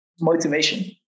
Motivation